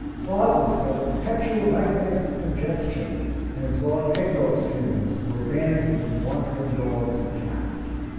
plazas that are perpetual nightmares of congestion and exhaust exhaust fumes were abandoned to wandering dogs and cats.